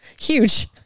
huge